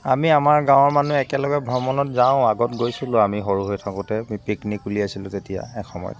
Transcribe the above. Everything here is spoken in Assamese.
আমি আমাৰ গাঁৱৰ মানুহ একেলগে ভ্ৰমণত যাওঁ আগত গৈছিলো আমি সৰু হৈ থাকোতে পিকনিক উলিয়াইছিলো তেতিয়া এসময়ত